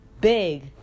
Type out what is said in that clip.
big